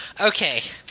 Okay